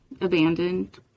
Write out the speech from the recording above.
abandoned